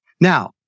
Now